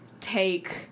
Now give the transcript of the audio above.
take